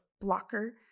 blocker